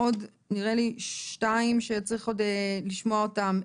יש לנו עוד נראה לי שתי דוברות שצריך עוד לשמוע אותן.